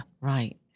Right